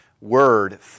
word